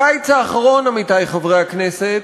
הקיץ האחרון, עמיתי חברי הכנסת,